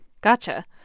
Gotcha